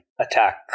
attack